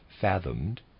fathomed